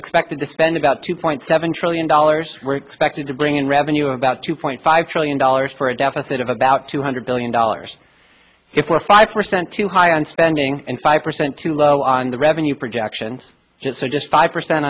expected to spend about two point seven trillion dollars we're expected to bring in revenue about two point five trillion dollars for a deficit of about two hundred billion dollars if we're five percent too high on spending and five percent too low on the revenue projections just so just five percent